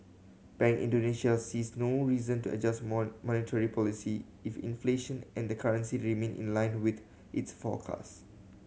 Bank Indonesia sees no reason to adjust monetary policy if inflation and the currency remain in lined with its forecast